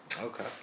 Okay